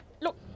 Look